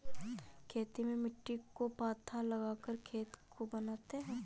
खेती में मिट्टी को पाथा लगाकर खेत को बनाते हैं?